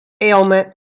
ailment